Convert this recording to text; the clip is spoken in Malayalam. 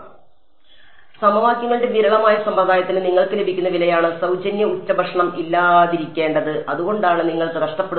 അതിനാൽ സമവാക്യങ്ങളുടെ വിരളമായ സമ്പ്രദായത്തിന് നിങ്ങൾക്ക് ലഭിക്കുന്ന വിലയാണ് സൌജന്യ ഉച്ചഭക്ഷണം ഇല്ലാതിരിക്കേണ്ടത് അതുകൊണ്ടാണ് നിങ്ങൾക്ക് നഷ്ടപ്പെടുന്നത്